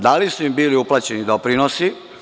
Da li su bili uplaćeni doprinosi?